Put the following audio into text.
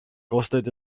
koostööd